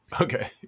okay